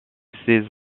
ses